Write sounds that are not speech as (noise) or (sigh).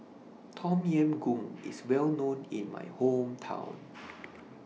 Tom Yam Goong IS Well known in My Hometown (noise)